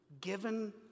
given